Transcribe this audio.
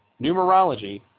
numerology